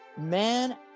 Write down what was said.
man